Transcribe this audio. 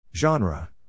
Genre